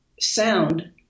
Sound